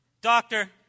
Doctor